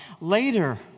Later